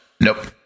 Nope